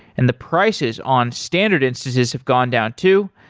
and the prices on standard instances have gone down too.